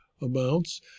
amounts